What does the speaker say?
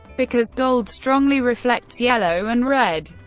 because gold strongly reflects yellow and red.